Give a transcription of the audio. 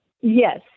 Yes